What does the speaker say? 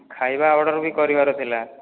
ଖାଇବା ଅର୍ଡର୍ ବି କରିବାର ଥିଲା